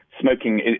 smoking